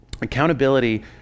Accountability